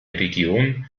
region